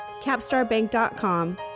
CapstarBank.com